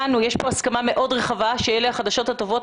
הסכמה מאוד רחבה שאלה החדשות הטובות.